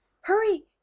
Hurry